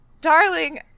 darling